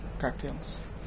cocktails